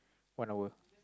one hour